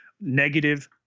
negative